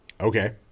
Okay